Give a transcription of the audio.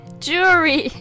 Jewelry